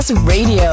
radio